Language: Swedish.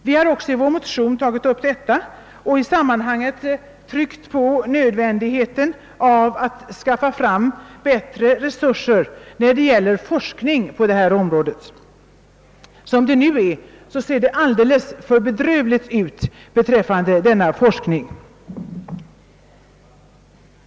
Vi har också i vår motion tryckt på nödvändigheten av att få fram bättre resurser för forskningen på detta område. Som det nu är, ser det alldeles för bedrövligt ut med denna forskning.